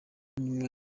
bavandimwe